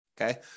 Okay